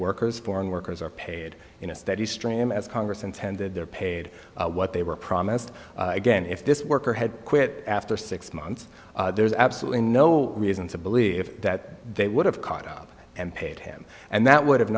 workers foreign workers are paid in a steady stream as congress intended they're paid what they were promised again if this worker had quit after six months there's absolutely no reason to believe that they would have caught up and paid him and that would have